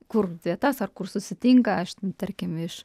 kur vietas ar kur susitinka aš tarkim iš